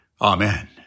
Amen